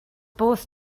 both